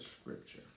scripture